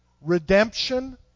Redemption